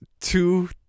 two